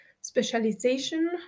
specialization